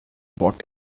bought